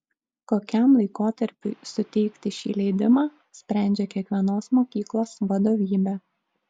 kokiam laikotarpiui suteikti šį leidimą sprendžia kiekvienos mokyklos vadovybė